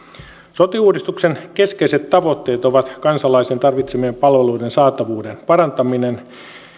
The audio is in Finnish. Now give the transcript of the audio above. sote uudistuksen keskeiset tavoitteet ovat kansalaisen tarvitsemien palveluiden saatavuuden parantaminen